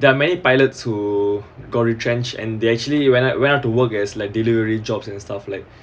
there are many pilots who got retrenched and they actually went out went out to work as like delivery jobs and stuff like